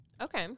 Okay